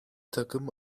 takım